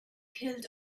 killed